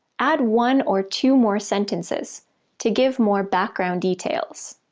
add one or two more sentences to give more background details.